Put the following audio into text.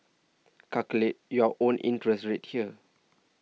calculate your own interest rate here